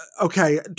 okay